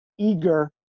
eager